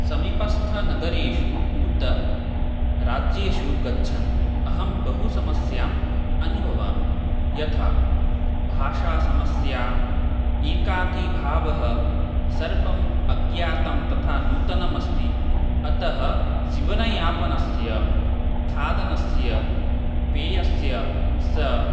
समीपस्थनगरेषु उत राज्येषु गच्छन् अहं बहु समस्याम् अनुभवामि यथा भाषा समस्या एकाकी भावः सर्वम् अज्ञातं तथा नूतनमस्ति अतः जीवनयापनस्य खादनस्य पेयस्य सा